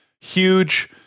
huge